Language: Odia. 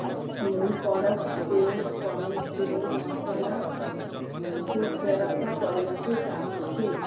ମୁଁ ପ୍ରଡ଼କ୍ଟ୍ ଚିଙ୍ଗ୍ସ୍ ପନିର୍ ଚିଲି ମସଲାକୁ ଫେରସ୍ତ କରିବାକୁ ଚାହୁଁଛି